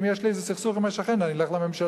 ואם יש לי איזה סכסוך עם השכן אני אלך לממשלה.